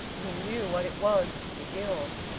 he knew what it was to be ill.